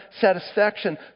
satisfaction